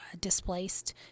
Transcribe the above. displaced